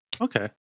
Okay